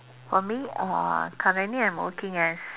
for me uh currently I'm working as